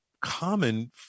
common